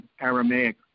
Aramaic